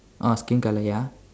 orh skin colour ya